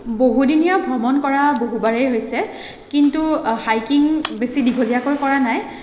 বহুদিনীয়া ভ্ৰমণ কৰা বহুবাৰেই হৈছে কিন্তু হাইকিং বেছি দীঘলীয়াকৈ কৰা নাই